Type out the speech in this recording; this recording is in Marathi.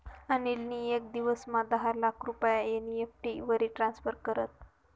अनिल नी येक दिवसमा दहा लाख रुपया एन.ई.एफ.टी वरी ट्रान्स्फर करात